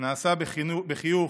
נעשה בחיוך,